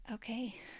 okay